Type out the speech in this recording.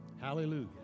Hallelujah